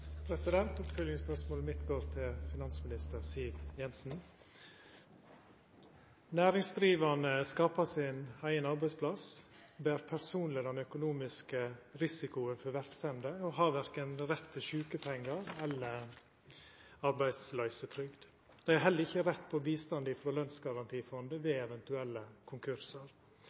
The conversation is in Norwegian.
mitt går til finansminister Siv Jensen. Næringsdrivande skapar sin eigen arbeidsplass, der dei personleg har den økonomiske risikoen for verksemda, og dei har verken rett til sjukepengar eller arbeidsløysetrygd. Dei har heller ikkje rett på bistand frå Lønnsgarantifondet ved eventuelle konkursar.